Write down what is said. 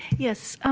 yes,